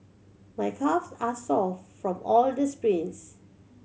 my calves are sore from all the sprints